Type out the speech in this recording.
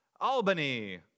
Albany